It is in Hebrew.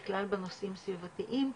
בכלל בנושאים סביבתיים,